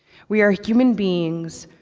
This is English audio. we are human beings,